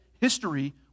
History